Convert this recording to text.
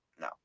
No